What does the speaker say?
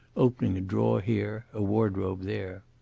opening a drawer here, a wardrobe there.